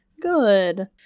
Good